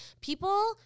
people